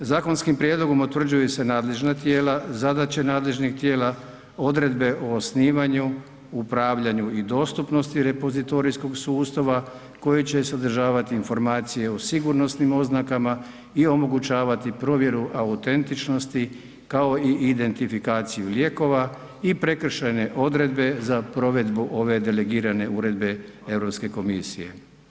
Zakonskim prijedlogom utvrđuju se nadležna tijela, zadaće nadležnih tijela, odredbe o osnivanju, upravljanju i dostupnosti repozitorijskog sustava koji će se sadržavati informacije o sigurnosnim oznakama i omogućavati provjeru autentičnosti kao i identifikaciju lijekova i prekršajne odredbe za provedbu ove delegirane Uredbe Europske komisije.